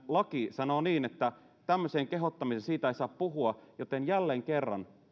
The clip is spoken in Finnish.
laki sanoo niin että tämmöisestä kehottamisesta ei saa puhua joten jälleen kerran